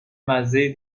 مزه